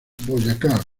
boyacá